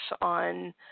on